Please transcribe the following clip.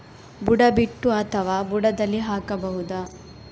ಬುಡ ಬಿಟ್ಟು ಅಥವಾ ಬುಡದಲ್ಲಿ ಹಾಕಬಹುದಾ?